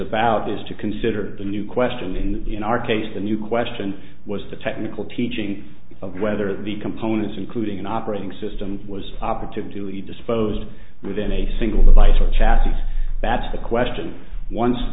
about is to consider the new question in in our case the new question was the technical teaching of whether the components including an operating system was operative duly disposed within a single device or chasse that's the question once